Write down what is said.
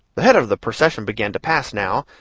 the head of the procession began to pass, now,